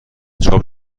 چاپ